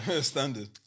standard